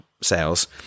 sales